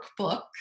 workbook